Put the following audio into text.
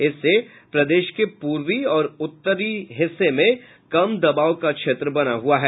इससे प्रदेश के पूर्वी और उत्तर हिस्से में कम दबाव का क्षेत्र बना हुआ है